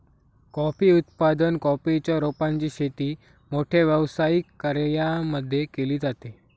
coffee उत्पादन, coffee च्या रोपांची शेती मोठ्या व्यावसायिक कर्यांमध्ये केली जाते